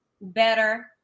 better